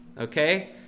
Okay